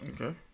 Okay